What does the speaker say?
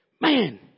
Man